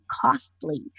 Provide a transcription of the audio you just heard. costly